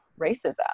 racism